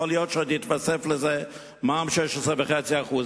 יכול להיות שעוד יתווסף לזה 16.5% מע"מ.